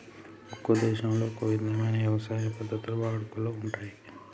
ఒక్కో దేశంలో ఒక్కో ఇధమైన యవసాయ పద్ధతులు వాడుకలో ఉంటయ్యి